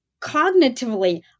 cognitively